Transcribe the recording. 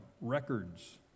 records